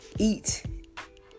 eat